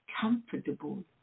comfortable